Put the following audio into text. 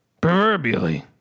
proverbially